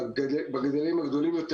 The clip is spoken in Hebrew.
ב --- הגדולים יותר,